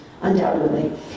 undoubtedly